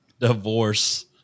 divorce